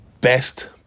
best